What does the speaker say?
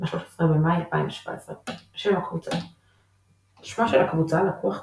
ב-13 במאי 2017. שם הקבוצה שמה של הקבוצה לקוח,